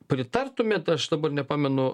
pritartumėt aš dabar nepamenu